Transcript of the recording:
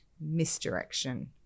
misdirection